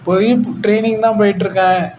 இப்போதிக்கு ட்ரைனிங் தான் போய்ட்டுருக்கேன்